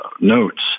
notes